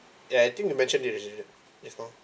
ya I think you mentioned yours is it just now